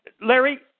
Larry